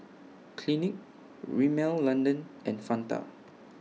Clinique Rimmel London and Fanta